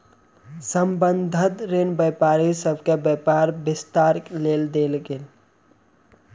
संबंद्ध ऋण व्यापारी सभ के व्यापार विस्तारक लेल देल गेल